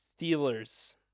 Steelers